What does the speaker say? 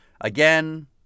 Again